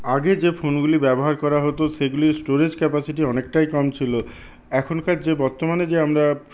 আগে যে ফোনগুলি ব্যবহার করা হতো সেগুলির স্টোরেজ ক্যাপাসিটি অনেকটাই কম ছিল এখনকার যে বর্তমানে যে আমরা